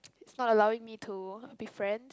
it's not allowing me to be friends